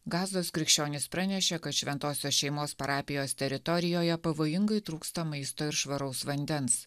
gazos krikščionys pranešė kad šventosios šeimos parapijos teritorijoje pavojingai trūksta maisto ir švaraus vandens